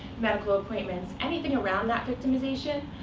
medical appointments, anything around that victimization,